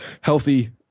Healthy